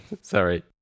sorry